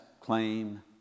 claim